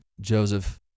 Joseph